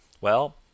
Well